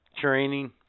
training